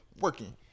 working